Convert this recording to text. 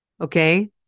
Okay